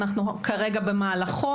אנחנו כרגע במהלכו,